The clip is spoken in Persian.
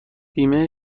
بیمه